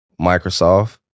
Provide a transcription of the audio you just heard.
microsoft